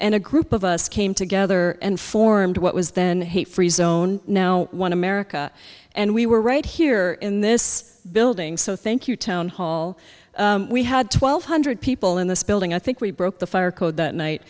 and a group of us came together and formed what was then the free zone now one america and we were right here in this building so thank you townhall we had twelve hundred people in this building i think we broke the fire code that night